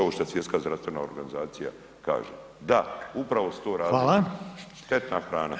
Ovo šta Svjetska zdravstvena organizacija kaže, da upravo su to radili, štetna hrana.